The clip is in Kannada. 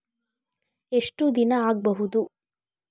ಎಷ್ಟು ದಿನ ಆಗ್ಬಹುದು?